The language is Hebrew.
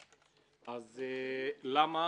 אז למה